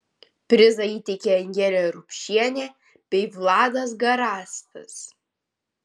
prizą įteikė angelė rupšienė bei vladas garastas